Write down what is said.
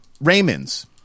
Raymond's